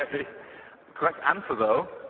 ah the correct answer, though,